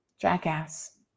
Jackass